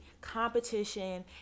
competition